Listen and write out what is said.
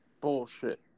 Bullshit